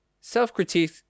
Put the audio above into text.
self-critique